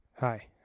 Hi